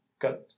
got